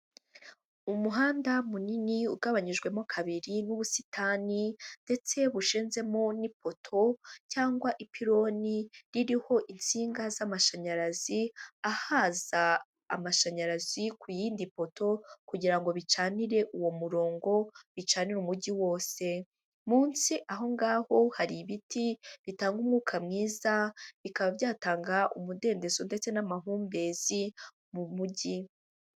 Umuhanda munini ugabanyijwemo kabiri n'ubusitani ndetse bushinzemo n'ipoto cyangwa ipironi, ririho insinga z'amashanyarazi, ahaza amashanyarazi ku yindi poto kugira ngo bicanire uwo murongo bicanire umujyi wose, munsi aho ngaho hari ibiti bitanga umwuka mwiza, bikaba byatanga umudendezo ndetse n'amahumbezi mu mujyi.